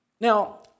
Now